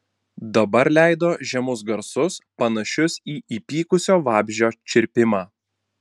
dabar leido žemus garsus panašius į įpykusio vabzdžio čirpimą